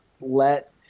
let